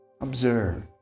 Observe